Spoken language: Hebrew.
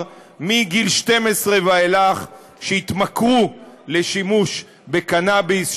מגיל 12 ואילך שהתמכרו לשימוש בקנאביס.